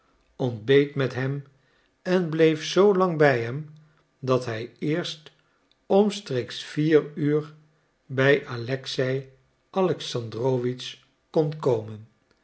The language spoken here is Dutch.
ontbeet met hem en bleef zoo lang bij hem dat hij eerst omstreeks vier uur bij alexei alexandrowitsch kon komen